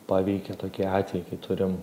paveikia tokie atvejai kai turim